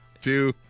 two